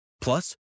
Plus